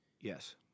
yes